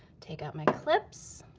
take out my clips,